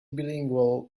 bilingual